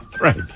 Right